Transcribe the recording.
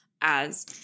as-